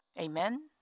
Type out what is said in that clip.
Amen